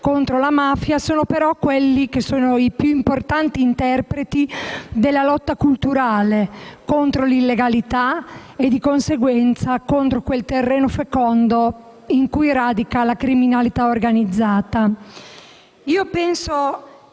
contro la mafia, sono i più importanti interpreti della lotta culturale contro l'illegalità e, di conseguenza, contro quel terreno fecondo in cui radica la criminalità organizzata. Penso